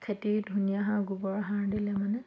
খেতি ধুনীয়া হয় গোবৰসাৰ দিলে মানে